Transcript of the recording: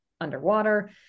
underwater